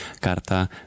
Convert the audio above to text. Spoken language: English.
Carta